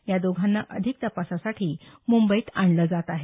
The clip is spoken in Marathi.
या दोघांना अधिक तपासासाठी मुंबईत आणलं जात आहे